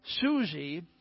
Susie